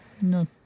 No